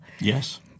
Yes